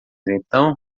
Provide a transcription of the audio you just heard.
então